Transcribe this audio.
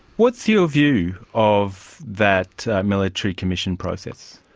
what's your view of that military commission process?